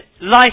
life